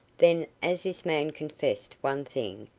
then as this man confessed one thing,